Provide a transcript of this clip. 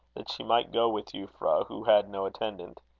that she might go with euphra, who had no attendant.